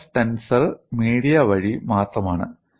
stress tensor media വഴി മാത്രമാണ്